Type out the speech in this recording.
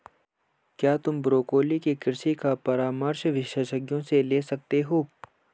क्या तुम ब्रोकोली के कृषि का परामर्श विशेषज्ञों से ले सकते हो?